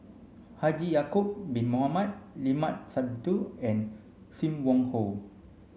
Haji Ya'acob bin Mohamed Limat Sabtu and Sim Wong Hoo